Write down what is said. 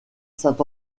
saint